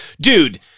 Dude